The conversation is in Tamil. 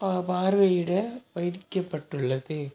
பார்வையிட வைக்கப்பட்டுள்ளது